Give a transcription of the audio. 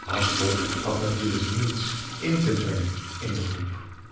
haspel had natuurlijk niets in te brengen in de groep